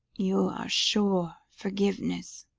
you are sure forgiveness,